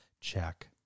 check